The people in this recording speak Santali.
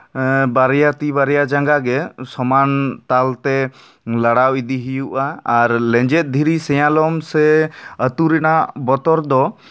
ᱵᱟᱨᱭᱟ ᱛᱤ ᱵᱟᱨᱭᱟ ᱡᱟᱸᱜᱟ ᱜᱮ ᱥᱚᱢᱟᱱ ᱛᱟᱞᱛᱮ ᱞᱟᱲᱟᱣ ᱤᱫᱤ ᱦᱩᱭᱩᱜᱼᱟ ᱟᱨ ᱞᱮᱸᱡᱮᱫ ᱫᱷᱤᱨᱤ ᱥᱮᱭᱟᱞᱚᱢ ᱥᱮ ᱟᱹᱛᱩ ᱨᱮᱱᱟᱜ ᱵᱚᱛᱚᱨ ᱫᱚ